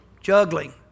Juggling